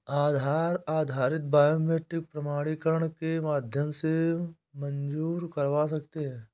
आधार आधारित बायोमेट्रिक प्रमाणीकरण के माध्यम से मंज़ूर करवा सकते हैं